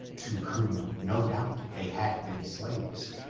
to whom, no doubt, they had been slaves.